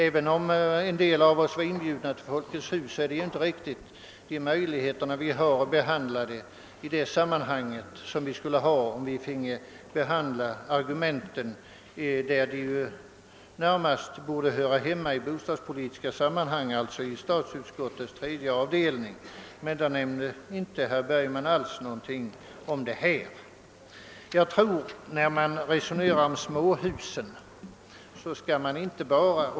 även om vissa av oss var inbjudna till Folkets hus innebär inte detta samma möjligheter till behandling som om argumenten tagits upp där de närmast borde höra hemma, d. v. s. i tredje avdelningen i statsutskottet, som handlägger bostadspolitiska frågor. Men herr Bergman nämnde där ingenting om saken.